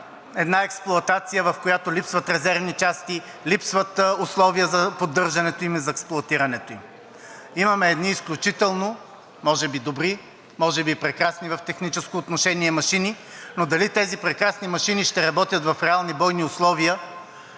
една експлоатация, в която липсват резервни части, липсват условия за поддържането им и за експлоатирането им. Имаме едни изключително може би добри, може би прекрасни в техническо отношение машини, но дали тези прекрасни машини ще работят в реални бойни условия,